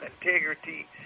integrity